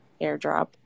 airdrop